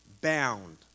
bound